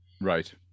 Right